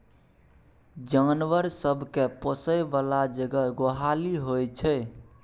जानबर सब केँ पोसय बला जगह गोहाली होइ छै